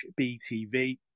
BTV